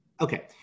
Okay